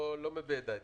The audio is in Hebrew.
לא מביע את דעתי.